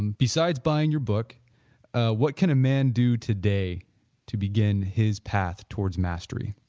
besides buying your book what can a man do today to begin his path towards mastery?